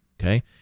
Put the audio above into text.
Okay